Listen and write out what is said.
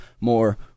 more